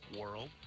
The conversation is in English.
world